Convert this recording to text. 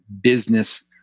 business